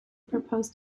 proposed